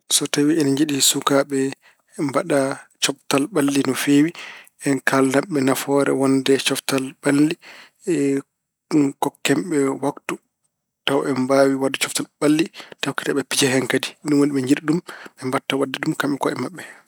So tawi eɗen njiɗi sukaaɓe mbaɗa coftal ɓalli no feewi, en kaalnan ɓe nafoore wonnde e coftal ɓalli kokken ɓe waktu tawa aɓe mbaawi waɗde coftal ɓalli tawa kadi aɓe pija hen kadi. Ni woni ɓe njiɗa ɗum, ɓe mbaɗta waɗde ɗum kaɓɓe ko'e maɓɓe.